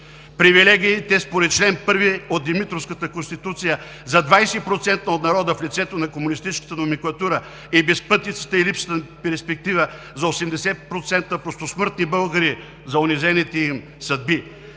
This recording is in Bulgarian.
привилегиите според чл. 1 от Димитровската конституция за 20% от народа, в лицето на комунистическата номенклатура, и безпътицата и липсата на перспектива за 80% простосмъртни българи и за унизените им съдби;